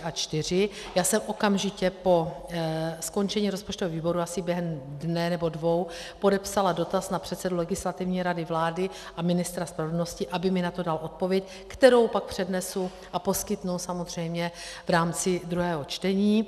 Já jsem okamžitě po skončení rozpočtového výboru asi během dne nebo dvou podepsala dotaz na předsedu Legislativní rady vlády a ministra spravedlnosti, aby mi na to dal odpověď, kterou pak přednesu a poskytnu samozřejmě v rámci druhého čtení.